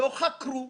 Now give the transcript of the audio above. לא חקרו,